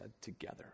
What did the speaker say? together